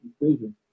decision